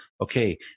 Okay